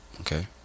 okay